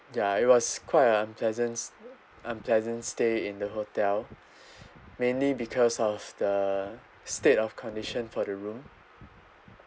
ya it was quite a unpleasant s~ unpleasant stay in the hotel mainly because of the state of condition for the room